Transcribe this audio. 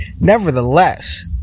nevertheless